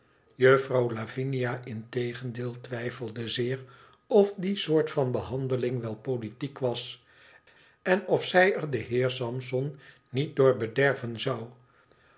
lavinia integendeel twijfelde zeer of die soort van behandeling wel politiek was en of zij er den heer sampson niet door bederven zou